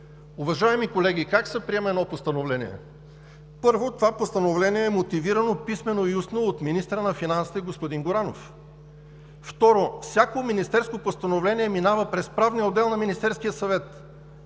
Уважаеми колеги, как се приема едно постановление? Първо, това постановление е мотивирано писмено и устно от министъра на финансите господин Горанов. Второ, всяко министерско постановление минава през Правния отдел на Министерския съвет.